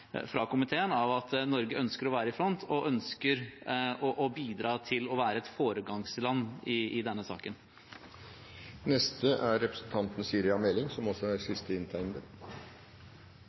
komiteen om at Norge ønsker å være i front og være et foregangsland i denne saken. Det er sannsynligvis ingen andre land som